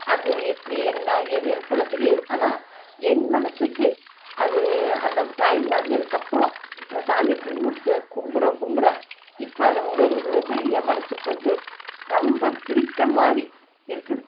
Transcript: அது எப்படி என்ன ஏது எனக்கு சொல்ல தெரியாது ஆனால் என் மனதுக்கு அது அந்த ட்ராயிங் வரைஞ்சதுக்கப்பறோம் அந்த சாமியை கும்பிட்டு சு கும்பிட கும்பிட இப்போ அந்த உணர்வுகள் வந்து என் மனதுக்கு வந்து ரொம்ப பிடித்த மாதிரி இருக்குது